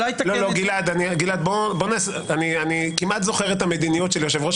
אני כמעט זוכר את המדיניות של יושב-ראש